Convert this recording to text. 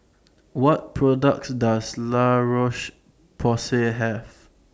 What products Does La Roche Porsay Have